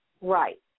Right